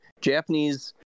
japanese